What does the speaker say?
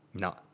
No